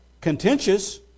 contentious